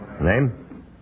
Name